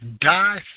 Die